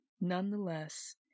Nonetheless